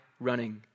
running